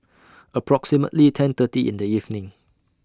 approximately ten thirty in The evening